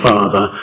Father